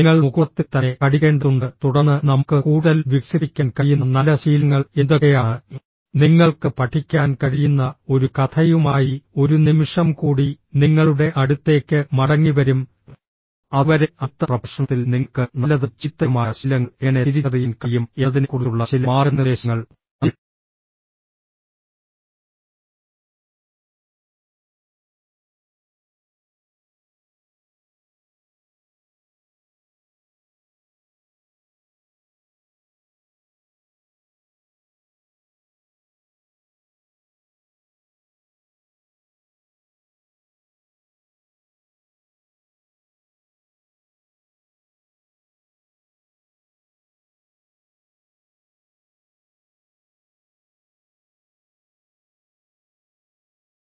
നിങ്ങൾ മുകുളത്തിൽ തന്നെ കടിക്കേണ്ടതുണ്ട് തുടർന്ന് നമുക്ക് കൂടുതൽ വികസിപ്പിക്കാൻ കഴിയുന്ന നല്ല ശീലങ്ങൾ എന്തൊക്കെയാണ് നിങ്ങൾക്ക് പഠിക്കാൻ കഴിയുന്ന ഒരു കഥയുമായി ഒരു നിമിഷം കൂടി നിങ്ങളുടെ അടുത്തേക്ക് മടങ്ങിവരും അതുവരെ അടുത്ത പ്രഭാഷണത്തിൽ നിങ്ങൾക്ക് നല്ലതും ചീത്തയുമായ ശീലങ്ങൾ എങ്ങനെ തിരിച്ചറിയാൻ കഴിയും എന്നതിനെക്കുറിച്ചുള്ള ചില മാർഗ്ഗനിർദ്ദേശങ്ങൾ